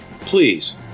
please